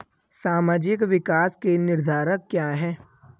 सामाजिक विकास के निर्धारक क्या है?